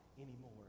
anymore